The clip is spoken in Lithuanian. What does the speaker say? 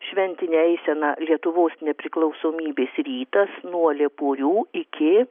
šventinė eisena lietuvos nepriklausomybės rytas nuo lieporių iki